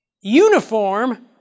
uniform